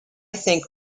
think